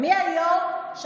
הידברות,